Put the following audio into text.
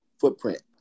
footprint